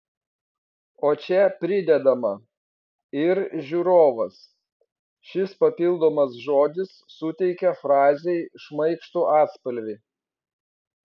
o čia pridedama ir žiūrovas šis papildomas žodis suteikia frazei šmaikštų atspalvį